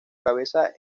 cabeza